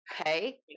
okay